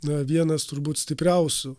na vienas turbūt stipriausių